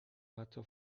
حتی